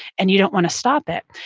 and you don't want to stop it.